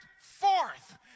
forth